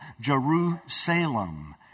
Jerusalem